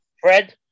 Fred